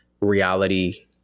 reality